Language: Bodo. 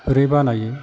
ओरै बानायो